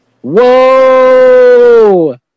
Whoa